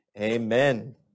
Amen